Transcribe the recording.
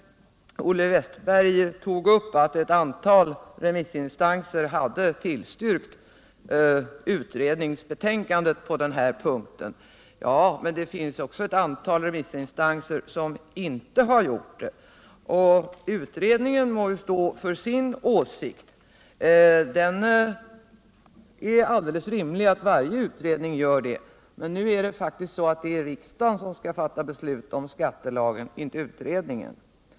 Olle Westberg i Hofors sade att ett antal remissinstanser hade tillstyrkt utredningsbetänkandet på denna punkt. Ja, men det finns också ett antal remissinstanser som inte har gjort det. Utredningen får stå för sin äsikt — det är rimligt att varje utredning gör det. Men nu är det riksdagen som skall fatta beslut om skattelagen, inte utredningen.